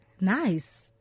nice